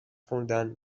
خوندن